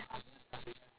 yes